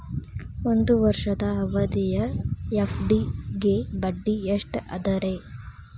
ಒಂದ್ ವರ್ಷದ ಅವಧಿಯ ಎಫ್.ಡಿ ಗೆ ಬಡ್ಡಿ ಎಷ್ಟ ಅದ ರೇ?